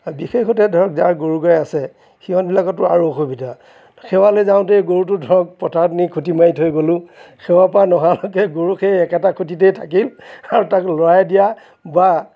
আৰু বিশেষতে ধৰক যাৰ গৰু গাই আছে সিহঁতবিলাকৰটো আৰু অসুবিধা সেৱালৈ যাওঁতেই গৰুটো ধৰক পথাৰত নি খুটি মাৰি থৈ গলোঁ সেৱাৰ পৰা নহালৈকে গৰু সেই একেটা খুটিতেই থাকিল আৰু তাক লৰাই দিয়া বা